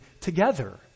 together